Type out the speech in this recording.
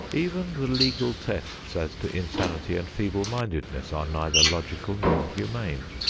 even the legal tests as to insanity and feeble-mindedness are neither logical nor humane.